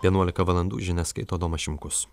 vienuolika valandų žinias skaito adomas šimkus